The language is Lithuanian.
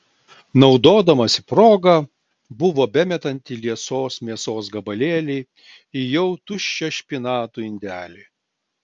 naudodamasi proga buvo bemetanti liesos mėsos gabalėlį į jau tuščią špinatų indelį